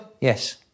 yes